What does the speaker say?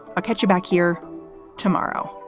i'll catch you back here tomorrow